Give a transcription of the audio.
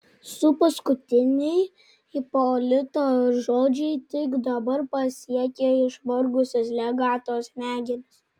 su paskutiniai ipolito žodžiai tik dabar pasiekė išvargusias legato smegenis